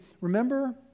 remember